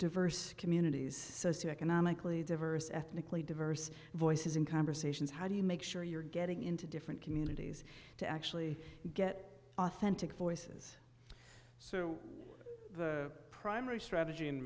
diverse communities socio economically diverse ethnically diverse voices in conversations how do you make sure you're getting into different communities to actually get authentic voices so the primary strategy in